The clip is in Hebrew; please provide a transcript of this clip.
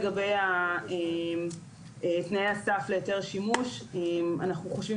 לגבי תנאי הסף להיתר שימוש אנחנו חושבים